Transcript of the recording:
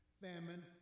famine